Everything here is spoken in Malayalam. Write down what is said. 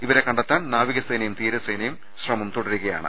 ഇവരെ കണ്ടെത്താൻ നാവികസേനയും തീരസേ നയും ശ്രമം തുടരുകയാണ്